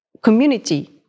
community